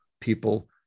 people